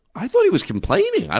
i thought he was complaining. i